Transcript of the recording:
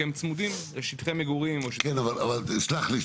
הם צמודים לשטחי מגורים או לשטחי --- סלח לי,